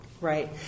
Right